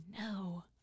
no